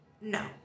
no